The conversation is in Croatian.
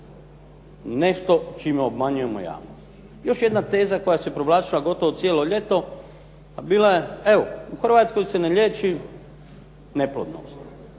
nešto čime obmanjujemo javnost. Još jedna teza koja se provlačila gotovo cijelo ljeto a bila je evo u Hrvatskoj se ne liječi neplodnost.